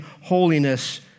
holiness